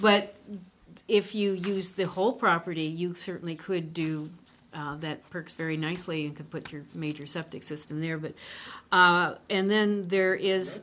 but if you use the whole property you certainly could do that purpose very nicely to put your major septic system there but and then there is